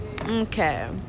Okay